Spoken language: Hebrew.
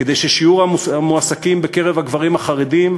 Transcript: כדי ששיעור המועסקים בקרב הגברים החרדים